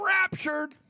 raptured